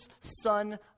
son